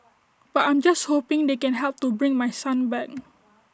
but I'm just hoping they can help to bring my son back